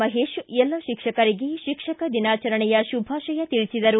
ಮಹೇಶ ಎಲ್ಲ ಶಿಕ್ಷಕರಿಗೆ ಶಿಕ್ಷಕರ ದಿನಾಚರಣೆಯ ಶುಭಾಶಯ ತಿಳಿಸಿದರು